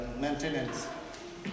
maintenance